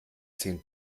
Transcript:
zehn